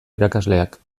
irakasleak